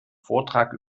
vortrag